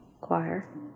choir